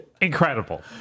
Incredible